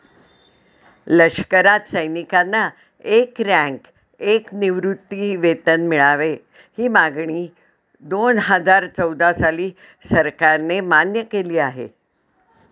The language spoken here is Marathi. लष्करात सैनिकांना एक रँक, एक निवृत्तीवेतन मिळावे, ही मागणी दोनहजार चौदा साली सरकारने मान्य केली आहे